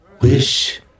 wish